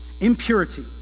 impurity